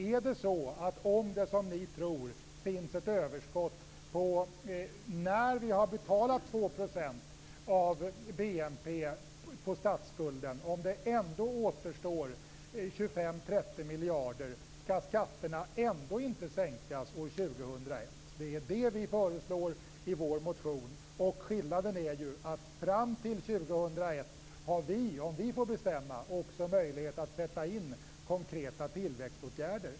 Är det så att om det, som ni tror, finns ett överskott när vi har betalat 2 % av BNP på statsskulden och det ändå återstår 25-30 miljarder, skall skatterna ändå inte sänkas år 2001? Det är det som vi föreslår i vår motion. Skillnaden är ju att fram till 2001 har vi, om vi får bestämma, också möjlighet att sätta in konkreta tillväxtåtgärder.